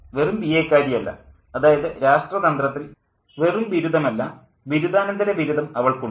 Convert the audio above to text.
വെറും ബിഎ ക്കാരി അല്ല അതായത് രാഷ്ട്രതന്ത്രത്തിൽ വെറും ബിരുദമല്ല ബിരുദാനന്തര ബിരുദം അവൾക്കുണ്ട്